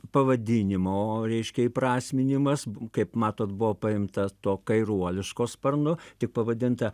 pavadinimo reiškia įprasminimas kaip matot buvo paimta to kairuoliško sparnu tik pavadinta